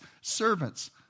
servants